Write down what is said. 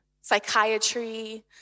psychiatry